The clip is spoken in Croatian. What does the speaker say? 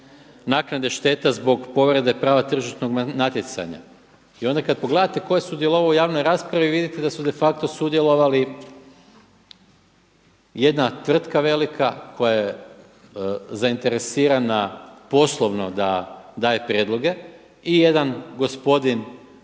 naknade šteta zbog povrede prava tržišnog natjecanja. I onda kada pogledate tko je sudjelovao u javnoj raspravi, vidite da su de facto sudjelovali jedna tvrtka velika koja je zainteresirana poslovno da daje prijedloge i jedan gospodin